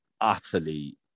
utterly